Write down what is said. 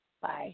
Bye